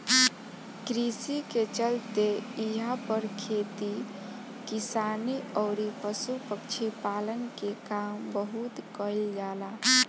कृषि के चलते इहां पर खेती किसानी अउरी पशु पक्षी पालन के काम बहुत कईल जाला